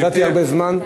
נתתי הרבה זמן.